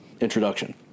introduction